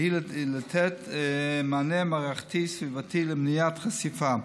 והיא לתת מענה מערכתי-סביבתי למניעת חשיפה.